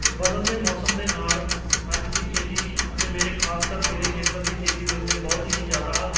ਬਦਲਦੇ ਮੌਸਮ ਦੇ ਨਾਲ ਅੱਜ ਦੀ ਖੇਤੀ ਅਤੇ ਮੇਰੇ ਖ਼ਾਸ ਕਰ ਮੇਰੇ ਖੇਤਰ ਦੀ ਖੇਤੀ ਦੇ ਉੱਤੇ ਬਹੁਤ ਹੀ ਜ਼ਿਆਦਾ